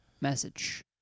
message